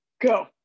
Go